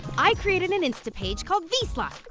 i created an instapage called veeslime.